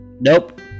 Nope